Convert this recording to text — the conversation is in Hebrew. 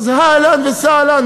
אז זה אהלן וסהלן.